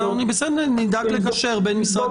בסדר, אז נדאג לגשר בין משרד הבריאות לבינכם.